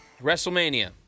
WrestleMania